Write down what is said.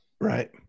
Right